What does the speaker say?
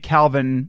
Calvin